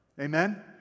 Amen